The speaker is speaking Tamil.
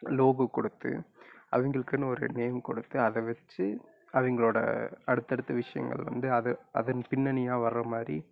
லோகோ கொடுத்து அவங்களுக்குனு ஒரு நேம் கொடுத்து அதை வெச்சு அவங்களோட அடுத்து அடுத்து விஷயங்கள் வந்து அது அதன் பின்னணியாக வர மாதிரி